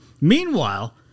Meanwhile